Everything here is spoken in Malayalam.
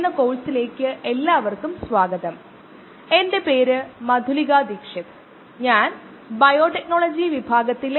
ക്യാൻസർ എന്താണെന്നും കാൻസറിനെ എങ്ങനെ അലോപ്പതിയായി ചികിത്സിക്കുന്നുവെന്നും നമ്മൾ പരിശോധിച്ചു